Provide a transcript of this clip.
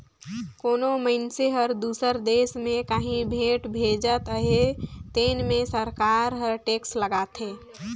कोनो मइनसे हर दूसर देस में काहीं भेंट भेजत अहे तेन में सरकार हर टेक्स लगाथे